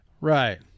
Right